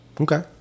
Okay